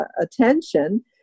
attention